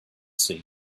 see